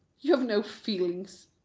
you have no feelings.